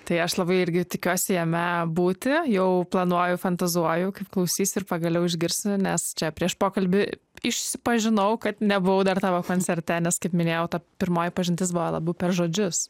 tai aš labai irgi tikiuosi jame būti jau planuoju fantazuoju kaip klausysiu ir pagaliau išgirsiu nes čia prieš pokalbį išsipažinau kad nebuvau dar tavo koncerte nes kaip minėjau ta pirmoji pažintis buvo labiau per žodžius